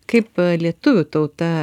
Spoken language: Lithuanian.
kaip lietuvių tauta